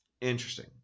Interesting